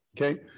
Okay